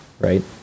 right